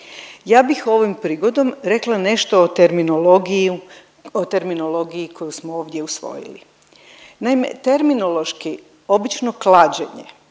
Ja bih ovom prigodom rekla nešto o terminologiju, terminologiji koju smo ovdje usvojili. Naime, terminološki obično klađenje,